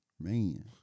Man